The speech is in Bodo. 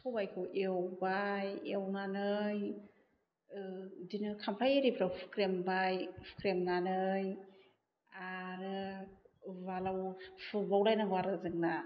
सबायखौ एवबाय एवनानै ओह बिदिनो खामफ्लाय इरिफ्राव हुख्रेमबाय हुख्रेमनानै आरो उवालाव खुरबाव लायनांगौ आरो जोंना